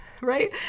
right